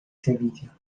sevilla